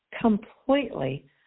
completely